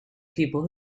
people